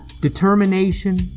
Determination